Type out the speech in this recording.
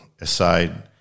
aside